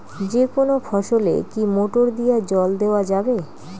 যেকোনো ফসলে কি মোটর দিয়া জল দেওয়া যাবে?